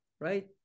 right